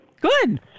Good